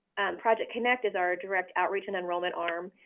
project connect is our direct outreach and enrollment arm.